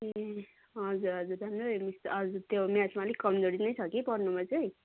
ए हजुर हजुर त्यो म्याथमा अलिक कमजोरी नै छ कि पढ्नुमा चाहिँ